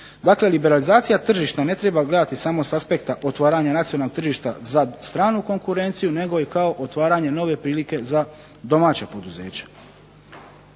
Dakle liberalizacija tržišta ne treba gledati samo s aspekta otvaranja nacionalnog tržišta za stranu konkurenciju, nego i kao otvaranje nove prilike za domaća poduzeća.